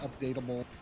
updatable